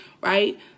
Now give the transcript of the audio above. right